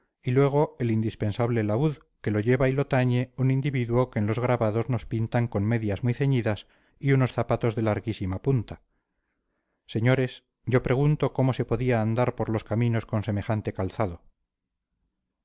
y luego el indispensable laúd que lo lleva y lo tañe un individuo que en los grabados nos pintan con medias muy ceñidas y unos zapatos de larguísima punta señores yo pregunto cómo se podía andar por los caminos con semejante calzado